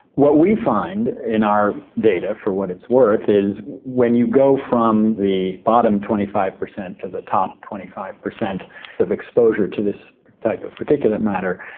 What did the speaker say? what we find, in our data, for what it's worth is, when you go from the bottom twenty five per cent to the top twenty five per cent of exposure to this type of particulate matter,